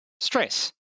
stress